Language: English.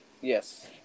Yes